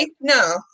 No